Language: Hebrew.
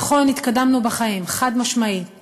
נכון, התקדמנו בחיים, חד-משמעית.